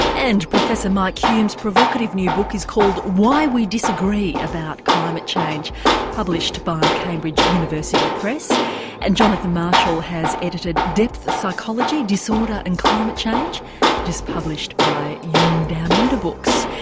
and professor mike hulme's provocative new book is called why we disagree about climate change published by cambridge university press and jonathan marshall has edited depth psychology disorder and climate change just published by jung down under books.